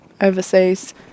overseas